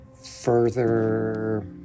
further